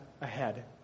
ahead